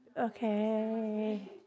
okay